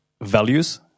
values